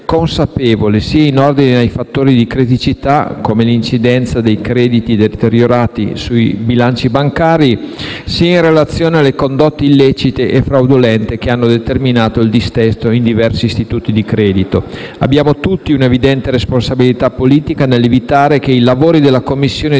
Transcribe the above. sia in ordine ai fattori di criticità, come l'incidenza dei crediti deteriorati sui bilanci bancari, sia in relazione alle condotte illecite e fraudolente che hanno determinato il dissesto di diversi istituti di credito. Abbiamo tutti una evidente responsabilità politica nell'evitare che i lavori della Commissione